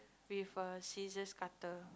with a scissors cutter